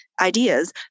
ideas